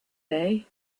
day